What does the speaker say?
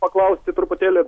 paklausti truputėlį